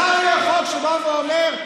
מחר יהיה חוק שבא ואומר: